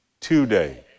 today